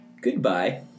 Goodbye